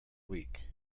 week